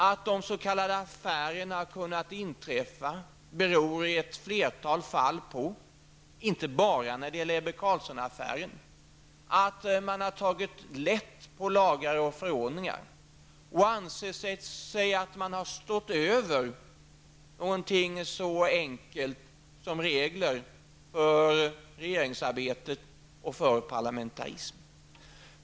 Att de s.k. affärerna har kunnat inträffa beror i ett flertal fall -- inte bara när det gäller Ebbe Carlsson affären -- på att man tagit lätt på lagar och förordningar och ansett sig stå över någonting så enkelt som regler för regeringsarbetet och för parlamentarismen.